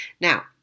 now